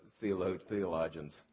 theologians